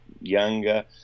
younger